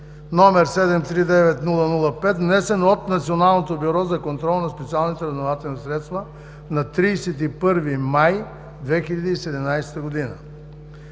г., № 739-00-5, внесен от Националното бюро за контрол на специалните разузнавателни средства на 31 май 2017 г.“